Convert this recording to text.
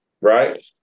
Right